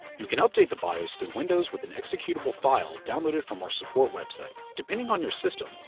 you can update the bios through windows with an executable file downloaded from our support website. depending on your system,